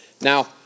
Now